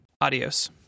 Adios